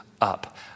up